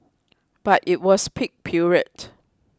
but it was peak period